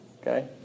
Okay